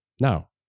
Now